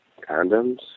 condoms